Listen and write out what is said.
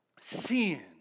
Sin